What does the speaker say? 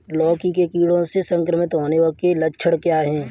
लौकी के कीड़ों से संक्रमित होने के लक्षण क्या हैं?